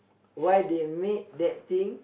why they made that thing